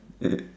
yeah